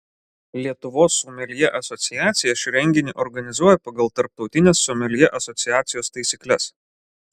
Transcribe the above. lietuvos someljė asociacija šį renginį organizuoja pagal tarptautines someljė asociacijos taisykles